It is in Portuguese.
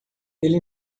ele